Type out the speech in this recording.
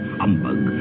humbug